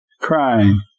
crying